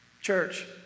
Church